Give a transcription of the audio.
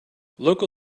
local